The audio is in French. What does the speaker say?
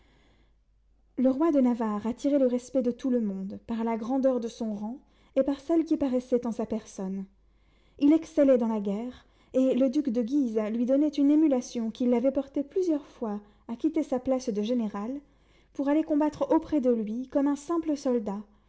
le roi de navarre attirait le respect de tout le monde par la grandeur de son rang et par celle qui paraissait en sa personne il excellait dans la guerre et le duc de guise lui donnait une émulation qui l'avait porté plusieurs fois à quitter sa place de général pour aller combattre auprès de lui comme un simple soldat